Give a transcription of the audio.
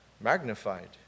magnified